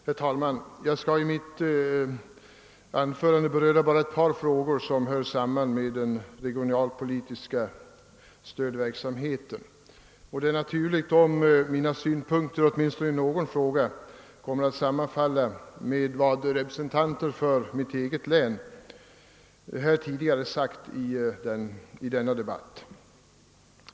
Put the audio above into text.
Herr talman! Jag skall i mitt anförande endast beröra ett par frågor som sammanhänger med den regionalpolitiska stödpolitiken. Det är naturligt om mina synpunkter i åtminstone någon fråga kommer att sammanfalla med vad representanter för mitt hemlän tidigare sagt i denna debatt.